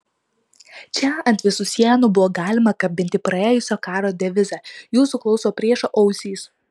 čia ant visų sienų buvo galima kabinti praėjusio karo devizą jūsų klauso priešo ausys